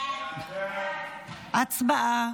הצבעה.